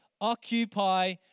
Occupy